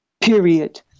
period